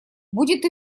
будет